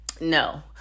no